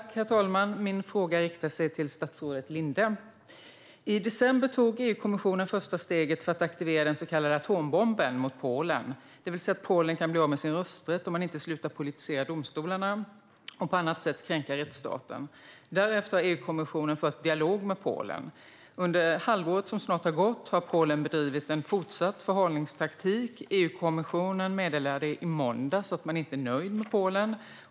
Herr talman! Min fråga riktar sig till statsrådet Linde. I december tog EU-kommissionen första steget för att aktivera den så kallade atombomben mot Polen, det vill säga att Polen kan bli av med sin rösträtt om man inte slutar politisera domstolarna och på annat sätt kränka rättsstaten. Därefter har EU-kommissionen fört en dialog med Polen. Under det halvår som snart har gått har Polen fortsatt bedrivit en förhalningstaktik. EU-kommissionen meddelade i måndags att man inte är nöjd med Polen.